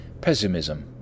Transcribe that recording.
Pessimism